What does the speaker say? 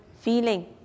feeling